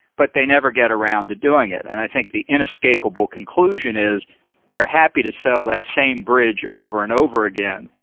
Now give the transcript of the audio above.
but they never get around to doing it. and i think the inescapable conclusion is they're happy to sell that same bridge over and over again.